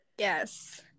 Yes